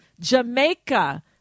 Jamaica